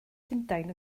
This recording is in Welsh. llundain